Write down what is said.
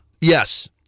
Yes